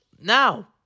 Now